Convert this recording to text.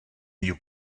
you